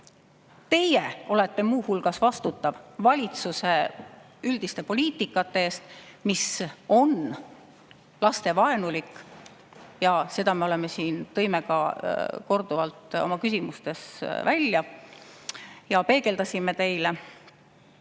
Teie olete muu hulgas vastutav valitsuse üldise poliitika eest, mis on lastevaenulik. Ja seda me siin tõime ka korduvalt oma küsimustes välja ja peegeldasime teile.